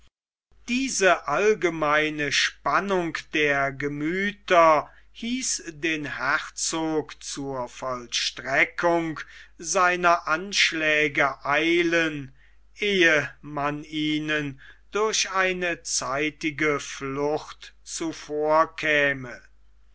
diese allgemeine spannung der gemüther ließ den herzog zur vollstreckung seiner anschläge eilen ehe man ihnen durch eine zeitige flucht zuvorkäme